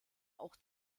auch